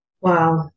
Wow